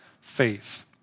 faith